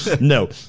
No